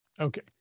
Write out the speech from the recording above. Okay